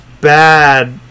bad